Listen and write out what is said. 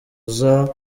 uza